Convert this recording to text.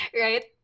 right